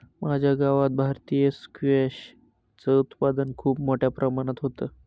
माझ्या गावात भारतीय स्क्वॅश च उत्पादन खूप मोठ्या प्रमाणात होतं